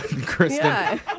Kristen